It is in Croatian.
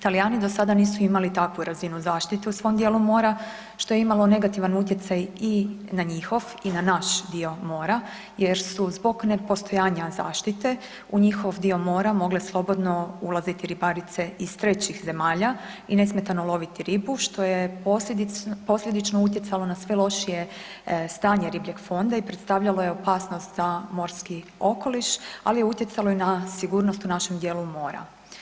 Talijani do sada nisu imali takvu razinu zaštite u svom dijelu mora što je imalo negativan utjecaj i na njihov i na naš dio mora jer su zbog nepostojanja zaštite u njihov dio mora mogle slobodno ulaziti ribarice iz trećih zemalja i nesmetano loviti ribu što je posljedično utjecalo na sve lošije stanje ribljeg fonda i predstavljalo je opasnost za morski okoliš, ali je utjecalo i na sigurnost u našem dijelu mora.